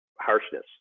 harshness